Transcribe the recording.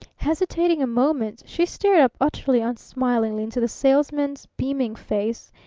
hesitating a moment, she stared up utterly unsmilingly into the salesman's beaming face,